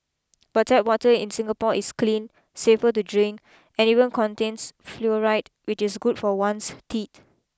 but tap water in Singapore is clean safe to drink and even contains fluoride which is good for one's teeth